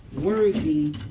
worthy